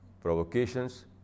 provocations